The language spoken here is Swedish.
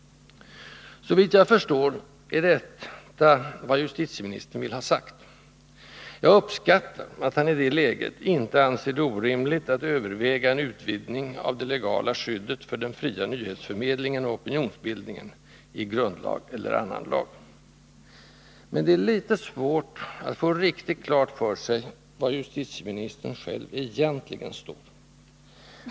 — Såvitt jag förstår är detta vad justitieministern vill ha sagt. Jag uppskattar att han i det läget inte anser det ”orimligt att överväga en utvidgning av det legala skyddet för den fria nyhetsförmedlingen och opinionsbildningen, i grundlag eller i vanlig lag”. Men det är litet svårt att få riktigt klart för sig var justitieministern själv egentligen står.